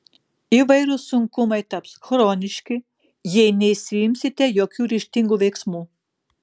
įvairūs sunkumai taps chroniški jei nesiimsite jokių ryžtingų veiksmų